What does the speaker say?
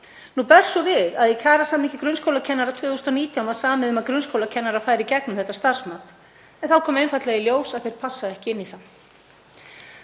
Nú ber svo við að í kjarasamningi grunnskólakennara árið 2019 var samið um að grunnskólakennarar færu í gegnum þetta starfsmat, en þá kom einfaldlega í ljós að þeir passa ekki inn í það.